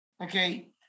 okay